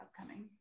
upcoming